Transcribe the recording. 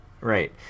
Right